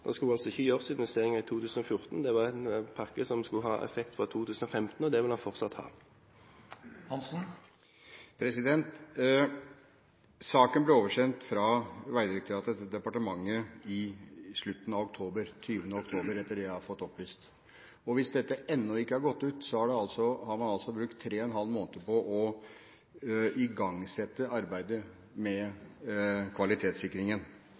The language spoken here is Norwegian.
Det skulle ikke gjøres investeringer i 2014. Det var en pakke som skulle ha effekt fra 2015, og det vil den fortsatt ha. Saken ble oversendt fra Vegdirektoratet til departementet i slutten av oktober – 20. oktober etter det jeg har fått opplyst. Hvis dette ennå ikke har gått ut, har man altså brukt tre og en halv måned på å igangsette arbeidet med kvalitetssikringen.